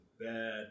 bad